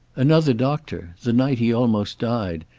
another doctor, the night he almost died,